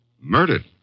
Murdered